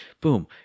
boom